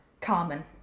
Carmen